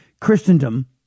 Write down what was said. Christendom